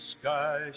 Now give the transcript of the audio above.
sky